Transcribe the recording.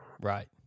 Right